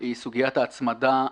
היא סוגיית ההצמדה,